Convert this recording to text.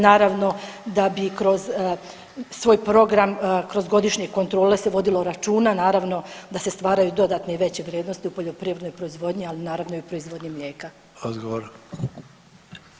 Naravno da bi kroz svoj program, kroz godišnje kontrole se vodilo računa naravno da se stvaraju dodatne i veće vrijednosti u poljoprivrednoj proizvodnji, ali naravno i u proizvodnji mlijeka.